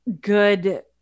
good